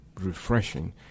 refreshing